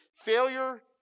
Failure